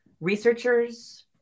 Researchers